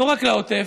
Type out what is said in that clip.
לא רק לעוטף,